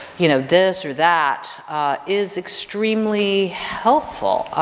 you know this or that is extremely helpful.